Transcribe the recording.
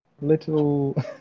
Little